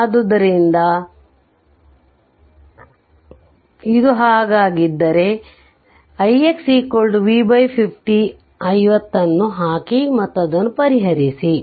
ಆದ್ದರಿಂದ ಇದು ಹಾಗಿದ್ದರೆ ನಂತರ ix V 50 ಅನ್ನು ಹಾಕಿ ಮತ್ತು ಅದನ್ನು ಪರಿಹರಿಸಿ